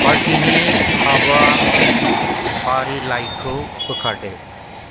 पार्टिनि हाबाफारिलाइखौ बोखारदो